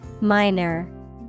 Minor